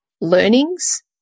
learnings